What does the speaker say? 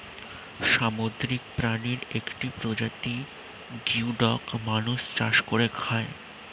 সামুদ্রিক প্রাণীর একটি প্রজাতি গিওডক মানুষ চাষ করে খায়